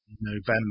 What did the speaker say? November